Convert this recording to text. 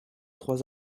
trois